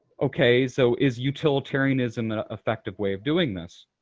okay, so is utilitarianism an effective way of doing this?